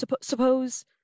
Suppose